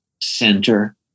center